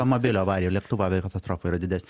automobilio avarijoj lėktuvo aviakatastrofoj yra didesnė